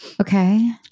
Okay